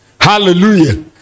Hallelujah